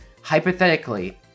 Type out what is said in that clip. Hypothetically